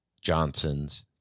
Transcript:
Johnson's